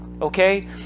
Okay